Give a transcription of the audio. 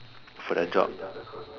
for their job